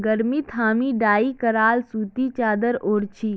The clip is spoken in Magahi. गर्मीत हामी डाई कराल सूती चादर ओढ़ छि